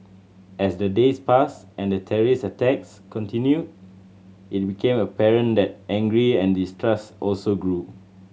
as the days passed and the terrorist attacks continued it became apparent that angry and distrust also grew